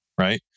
right